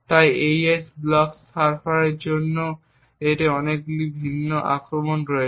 তাই AES block সাইফারের জন্য আরও অনেকগুলি ভিন্ন আক্রমণ হয়েছে